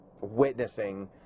witnessing